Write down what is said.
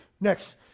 Next